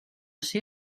ser